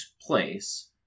place